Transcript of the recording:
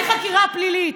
ותביא חקירה פלילית.